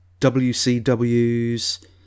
wcw's